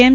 એમ